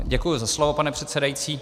Děkuji za slovo, pane předsedající.